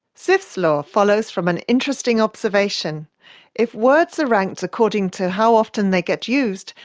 zipf's law follows from an interesting observation if words are ranked according to how often they get used,